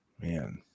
Man